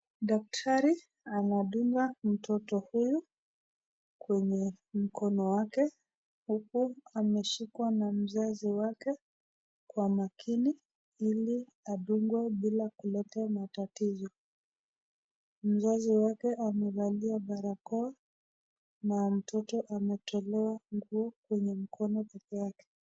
Daktari huyu anamdunga mtoto huyu kwenye mkono wake, huku ameshikwa na mzazi wake kwa makini ili adungwe bila kuleta matatizo, mzazi wake amavalia barakoa, na mtoto ametolewa nguo kwenye mkono peke yake.